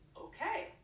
okay